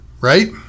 right